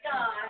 God